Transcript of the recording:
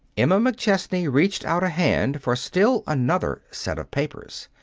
emma mcchesney reached out a hand for still another set of papers.